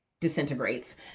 disintegrates